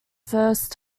first